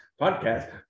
podcast